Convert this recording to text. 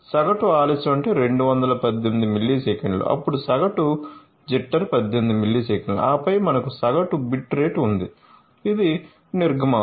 సగటు ఆలస్యం అంటే 218 మిల్లీసెకన్లు అప్పుడు సగటు జిట్టర్ 18 మిల్లీసెకన్లు ఆపై మనకు సగటు బిట్ రేట్ ఉంది ఇది నిర్గమాంశ